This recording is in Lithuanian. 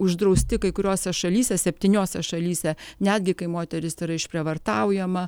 uždrausti kai kuriose šalyse septyniose šalyse netgi kai moteris yra išprievartaujama